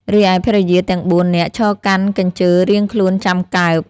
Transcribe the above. រីឯភរិយាទាំង ៤ នាក់ឈរកាន់កញ្ជើរៀងខ្លួនចាំកើប ។